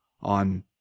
on